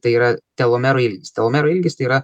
tai yra telomerų ilgis telomerų ilgis tai yra